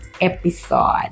episode